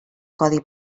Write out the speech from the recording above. codi